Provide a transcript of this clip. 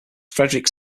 frederick